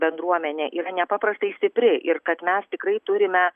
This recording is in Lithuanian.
bendruomenė yra nepaprastai stipri ir kad mes tikrai turime